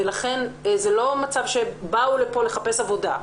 לכן זה לא מצב שבאו לכאן לחפש עבודה.